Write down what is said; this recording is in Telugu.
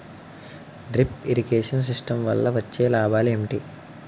డ్రిప్ ఇరిగేషన్ సిస్టమ్ వల్ల వచ్చే లాభాలు ఏంటి?